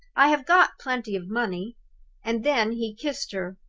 i have got plenty of money and then he kissed her.